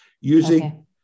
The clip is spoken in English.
using